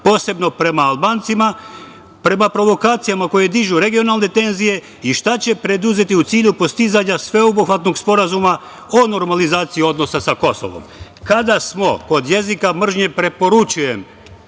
posebno prema Albancima, prema provokacijama koje dižu regionalne tenzije i šta će preduzeti u cilju postizanja sveobuhvatnog sporazuma o normalizaciji odnosa sa Kosovom? Kada smo kod jezika mržnje preporučujem